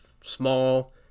small